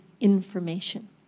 information